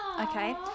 Okay